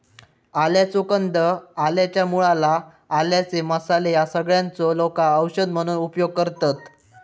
आल्याचो कंद, आल्याच्या मूळ, आला, आल्याचे मसाले ह्या सगळ्यांचो लोका औषध म्हणून उपयोग करतत